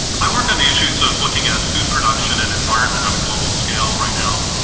i work on the issues of looking at food production and environment on a global scale right now,